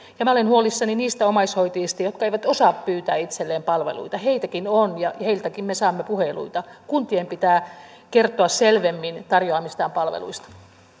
ja olen huolissani niistä omaishoitajista jotka eivät osaa pyytää itselleen palveluita heitäkin on ja heiltäkin me saamme puheluita kuntien pitää kertoa selvemmin tarjoamistaan palveluista